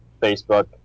Facebook